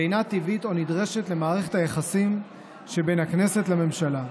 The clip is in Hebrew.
ואינה טבעית או נדרשת למערכת היחסים שבין הכנסת לממשלה.